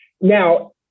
Now